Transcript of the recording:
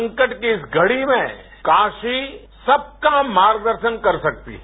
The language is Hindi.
संकट की इस घडी में कारी सबका मार्गदर्शन कर सकती है